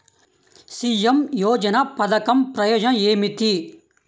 PM యోజన పధకం ప్రయోజనం ఏమితి?